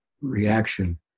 reaction